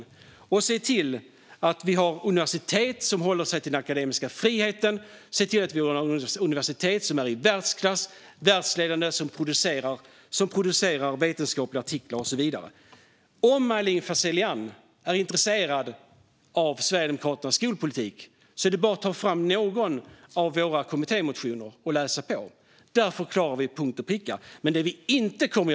Vi har förslag på hur vi ser till att universiteten håller sig till den akademiska friheten och hur vi får universitet som är i världsklass och världsledande, som producerar vetenskapliga artiklar och så vidare. Om Aylin Fazelian är intresserad av Sverigedemokraternas skolpolitik är det bara att ta fram någon av våra kommittémotioner och läsa på. Där förklarar vi detta till punkt och pricka.